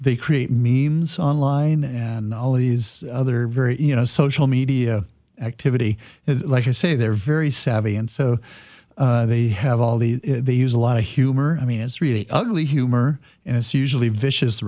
they create means online and all these other very you know social media activity like i say they're very savvy and so they have all the they use a lot of humor i mean is really ugly humor and it's usually vicious